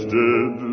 dead